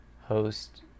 host